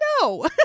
No